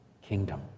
kingdom